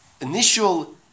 initial